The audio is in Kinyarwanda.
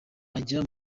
ajya